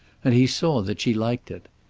and he saw that she liked it.